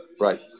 Right